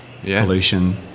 pollution